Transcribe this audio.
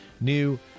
new